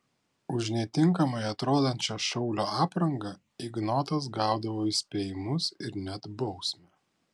už netinkamai atrodančią šaulio aprangą ignotas gaudavo įspėjimus ir net bausmę